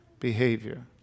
behavior